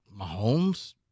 Mahomes